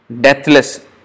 deathless